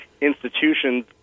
institutions